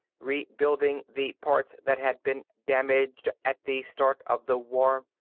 rebuilding the parts that had been damaged at the start of the war.